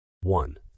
One